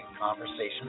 conversation